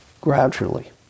gradually